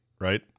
right